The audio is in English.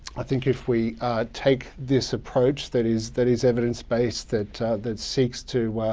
i think if we take this approach, that is that is evidence-based, that that seeks to